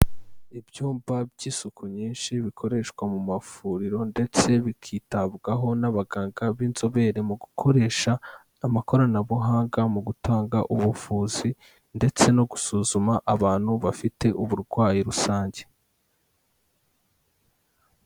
Ibyumba by'isuku nyinshi bikoreshwa mu mavuriro ndetse bikitabwaho n'abaganga b'inzobere mu gukoresha amakoranabuhanga mu gutanga ubuvuzi, ndetse no gusuzuma abantu bafite uburwayi rusange.